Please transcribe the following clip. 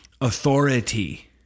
authority